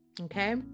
Okay